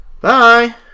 Bye